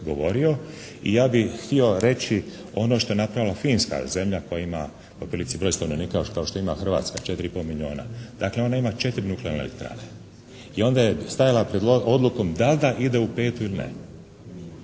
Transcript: I ja bih htio reći ono što je napravila Finska, zemlja koja ima po prilici broj stanovnika kao što ima Hrvatska, 4 i pol milijuna, dakle ona ima 4 nuklearne elektrane. I onda je stajala pred odlukom da li da ide u petu ili ne.